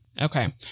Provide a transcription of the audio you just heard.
Okay